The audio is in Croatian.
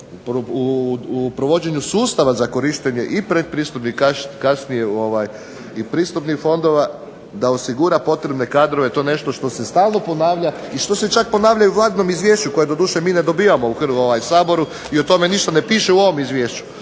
u provođenju sustava za korištenje i pretpristupnih kasnije i pristupnih fondova, da osigura potrebne kadrove, to je nešto što se stalno ponavlja i što se čak ponavlja i u Vladinom izvješću, koje doduše mi ne dobivamo u Saboru, i o tome ništa ne piše u ovom izvješću.